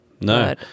No